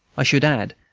i should add,